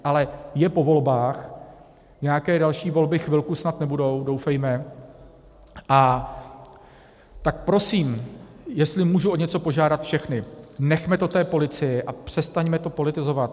Ale je po volbách, nějaké další volby chvilku snad nebudou, doufejme, a tak prosím, jestli můžu o něco požádat všechny, nechme to té policii a přestaňme to politizovat.